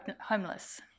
homeless